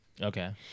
okay